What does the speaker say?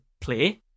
play